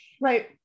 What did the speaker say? Right